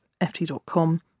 ft.com